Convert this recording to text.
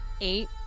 Eight